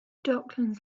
docklands